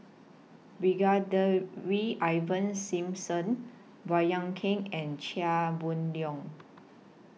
Brigadier Ivan Simson Baey Yam Keng and Chia Boon Leong